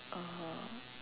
uh